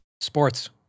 Sports